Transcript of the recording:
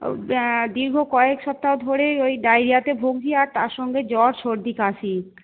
দীর্ঘ কয়েক সপ্তাহ ধরেই ওই ডাইরিয়াতে ভুগছি আর তার সঙ্গে জ্বর সর্দি কাশি